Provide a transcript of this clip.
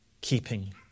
keeping